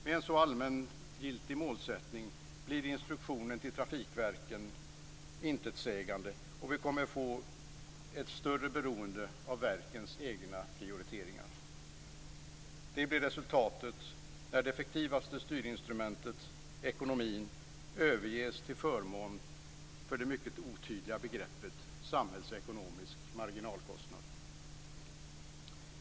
Med en så allmängiltig målsättning blir instruktionen till trafikverken intetsägande och vi kommer att få ett större beroende av verkens egna prioriteringar. Det blir resultatet när det effektivaste styrinstrumentet, ekonomin, överges till förmån för det mycket otydliga begreppet samhällsekonomisk marginalkostnad.